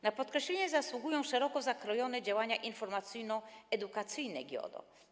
Na podkreślenie zasługują szeroko zakrojone działania informacyjno-edukacyjne GIODO.